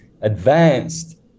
advanced